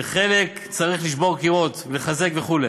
בחלק צריך לשבור קירות, לחזק וכו'.